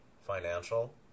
financial